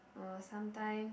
or sometimes